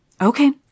Okay